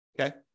Okay